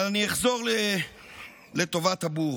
אבל אני אחזור לטובת הבור,